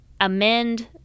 amend